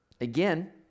again